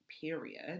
period